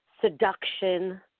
seduction